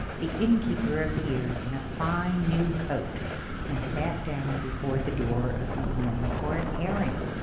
the innkeeper appeared in a fine new coat and sat down before the door of the inn for an airing.